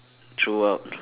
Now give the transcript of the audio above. throughout